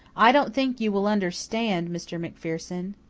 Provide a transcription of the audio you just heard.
i don't think you will understand, mr. macpherson,